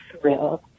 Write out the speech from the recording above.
thrilled